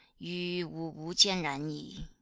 yu wu wu jian ran yi.